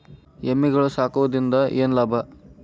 ಎಮ್ಮಿಗಳು ಸಾಕುವುದರಿಂದ ಏನು ಲಾಭ?